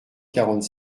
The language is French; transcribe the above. quarante